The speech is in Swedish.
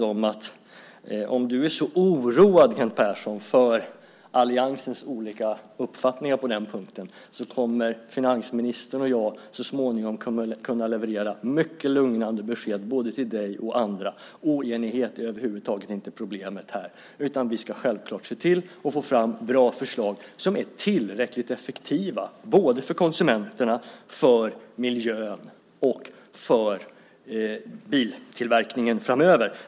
Om du är så oroad för alliansens olika uppfattningar på den punkten kan jag lugna dig med att finansministern och jag så småningom kommer att kunna leverera mycket lugnande besked till både dig och andra. Oenighet är över huvud taget inte problemet. Vi ska självklart se till att få fram bra förslag som är tillräckligt effektiva för både konsumenterna, miljön och biltillverkningen framöver.